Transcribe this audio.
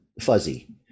fuzzy